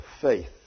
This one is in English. faith